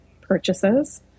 purchases